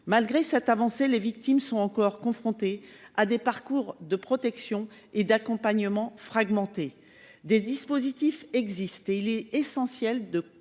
Malgré cette avancée, les victimes sont encore confrontées à des parcours de protection et d’accompagnement fragmentés. Des dispositifs existent, et il est essentiel de